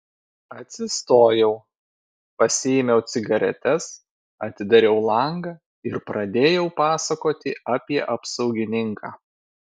atsistojau pasiėmiau cigaretes atidariau langą ir pradėjau pasakoti apie apsaugininką